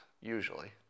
Usually